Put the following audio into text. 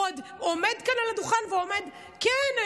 הוא עוד עומד כאן על הדוכן ואומר: כן,